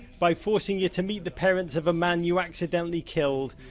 by forcing you to meet the parents of a man you accidentally killed.